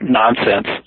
nonsense